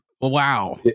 wow